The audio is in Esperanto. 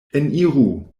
eniru